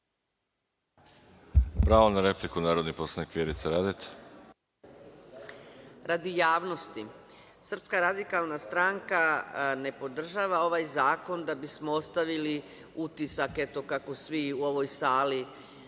Pravo na repliku ima narodni poslanik Vjerica Radeta. **Vjerica Radeta** Radi javnosti. Srpska radikalna stranka ne podržava ovaj zakona da bismo ostavili utisak kako svi u ovoj sali